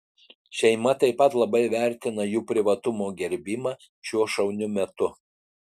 šeima taip pat labai vertina jų privatumo gerbimą šiuo šauniu metu